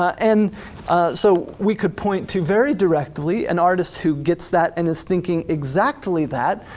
and so we could point to very directly, an artist who gets that and is thinking exactly that,